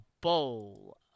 Bowl